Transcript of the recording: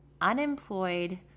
unemployed